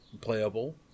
playable